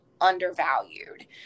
undervalued